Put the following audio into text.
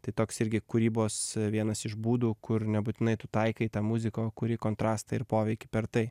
tai toks irgi kūrybos vienas iš būdų kur nebūtinai tu taikai tą muziką o kuri kontrastą ir poveikį per tai